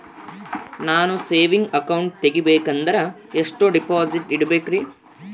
ನಾನು saving account ತೆಗಿಬೇಕಂದರ ಎಷ್ಟು ಡಿಪಾಸಿಟ್ ಇಡಬೇಕ್ರಿ?